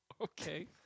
Okay